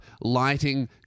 lighting